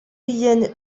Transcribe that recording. yen